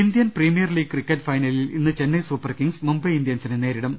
Indian Premier League cricket ഫൈനലിൽ ഇന്ന് Chennai Super Kings Mumbai ഇന്ത്യൻസിനെ നേരിടും